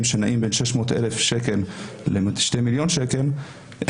שנעים בין 600,000 שקל לשני מיליון שקל,